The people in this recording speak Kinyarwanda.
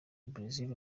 brazil